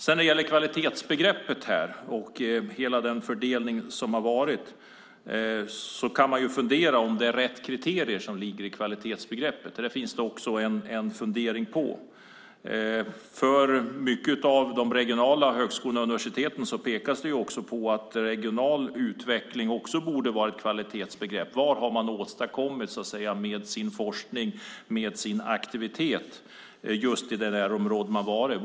När det gäller kvalitetsbegreppet och den fördelning som har varit kan man fundera på om det är rätt kriterier som ligger i kvalitetsbegreppet. Det finns det en fundering kring. När det gäller många av de regionala högskolorna och universiteten pekas det på att regional utveckling också borde vara ett kvalitetsbegrepp. Vad har man åstadkommit med sin forskning och sin aktivitet just i det område man har varit?